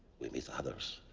we meet others.